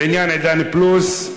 בעניין "עידן פלוס".